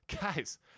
Guys